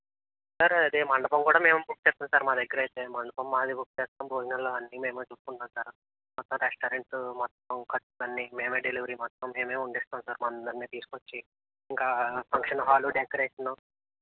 sir అదే మండపం కూడా మేము బుక్ చేస్తాం సార్ మా దగ్గర అయితే మండపం మాది బుక్ చేస్తాం భోజనాలు అవన్నీ మేము చూసుకుంటాం సార్ మొత్తం రెస్టారెంట్ మొత్తం ఖర్చులు అన్నీ మేము డెలివరీ మొత్తం మేము వండిస్తాం సార్ మా అందరిని తీసుకు వచ్చి ఇంకా ఫంక్షన్ హాల్ డెకొరేషను